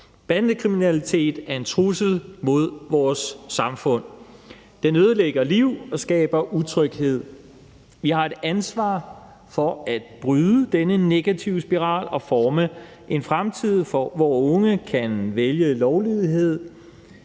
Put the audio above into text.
Bandekriminalitet er en trussel mod vores samfund. Det ødelægger liv og skaber utryghed. Vi har et ansvar for at bryde denne negative spiral og forme en fremtid, hvor unge kan vælge lovlydighed